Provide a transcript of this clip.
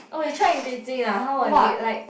oh you try in Beijing ah how was it like